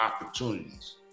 opportunities